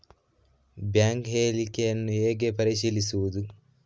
Bank ಹೇಳಿಕೆಯನ್ನು ಹೇಗೆ ಪರಿಶೀಲಿಸುವುದು?